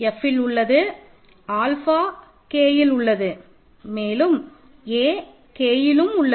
a F இல் உள்ளது alpha K இல் உள்ளது மேலும் a K லும் உள்ளது